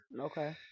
Okay